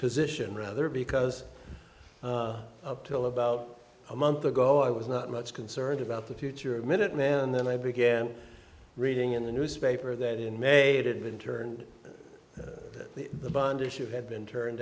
position rather because up till about a month ago i was not much concerned about the future of minuteman then i began reading in the newspaper that in made it even turned the bond issue had been turned